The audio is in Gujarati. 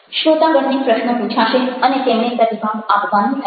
શ્રોતાગણને પ્રશ્નો પૂછાશે અને તેમણે પ્રતિભાવ આપવાનો રહેશે